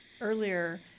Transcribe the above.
earlier